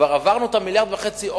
כבר עברנו 1.5 מיליארד עודף